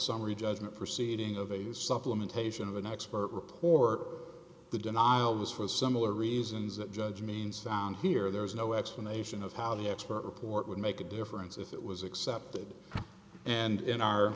summary judgment proceeding of a supplementation of an expert report the denial was for similar reasons that judge mean sound here there was no explanation of how the expert report would make a difference if it was accepted and in our